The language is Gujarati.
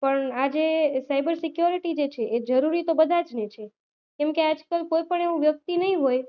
પણ આ જે સાઈબર સિક્યોરિટી જે છે એ જરૂરી તો બધા જ ને છે કેમકે આજકલ કોઈપણ એવું વ્યક્તિ નહીં હોય